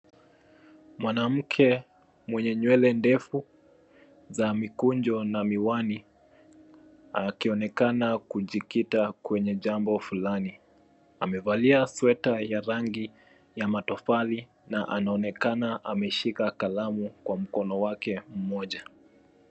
Mwanamke mwenye nywele ndefu za mikunjo na miwani akionekana kujikita kwenye jambo fulani. Amevalia sweta ya rangi ya matofali na anaonekana ameshika kalamu kwa mkono wake mmoja.